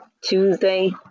Tuesday